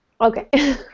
Okay